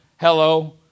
Hello